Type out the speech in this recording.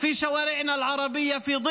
לשחרר אותן.